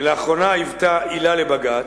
ולאחרונה היוותה עילה לבג"ץ,